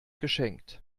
geschenkt